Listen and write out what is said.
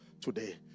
today